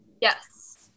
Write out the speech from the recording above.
Yes